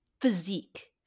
physique